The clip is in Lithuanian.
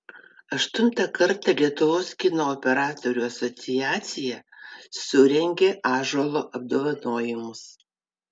aštuntą kartą lietuvos kino operatorių asociacija surengė ąžuolo apdovanojimus